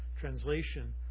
Translation